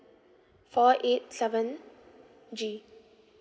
four eight seven G